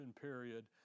period